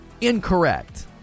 Incorrect